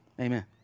amen